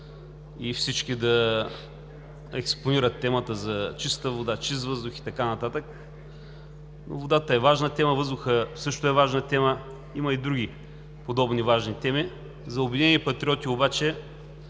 и всички да експонират темата за чиста вода, чист въздух и така нататък. Водата е важна тема, въздухът също е важна тема. Има и други подобни важни теми. За „Обединените патриоти“ обаче